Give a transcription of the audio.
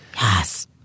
yes